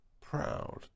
proud